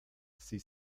sie